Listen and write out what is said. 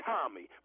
Tommy